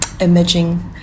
imaging